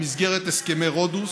במסגרת הסכמי רודוס.